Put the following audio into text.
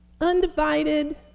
undivided